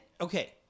okay